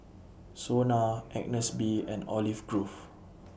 Sona Agnes B and Olive Grove